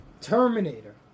Terminator